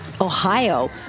Ohio